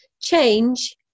change